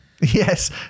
Yes